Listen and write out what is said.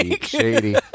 Shady